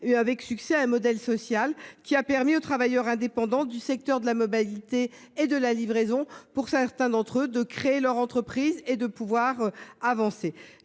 avec succès un modèle social qui a permis aux travailleurs indépendants du secteur de la mobilité et de la livraison, pour certains d’entre eux, de créer leur entreprise et d’avancer.